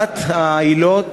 אחת העילות